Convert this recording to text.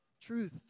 Truth